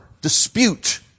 dispute